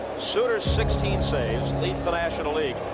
sutter, sixteen saves, leads the national league.